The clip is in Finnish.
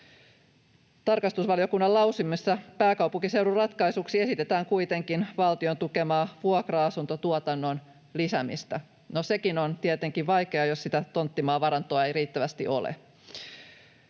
Tarkastusvaliokunnan lausumissa pääkaupunkiseudun ratkaisuksi esitetään kuitenkin valtion tukemaa vuokra-asuntotuotannon lisäämistä. No, sekin on tietenkin vaikeaa, jos sitä tonttimaavarantoa ei riittävästi ole.